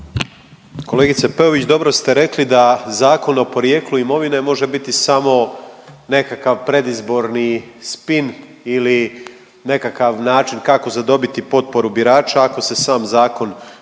Kolegice Peović dobro ste rekli da Zakon o porijeklu imovine može biti samo nekakav predizborni spin ili nekakav način kako zadobiti potporu birača ako se sam zakon